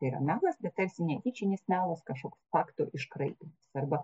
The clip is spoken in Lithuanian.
tai yra melas bet tarsi netyčinis melas kažkoks faktų iškraipym arba